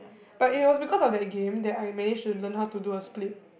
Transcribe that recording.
but it was because of that game that I managed to learn how to do a split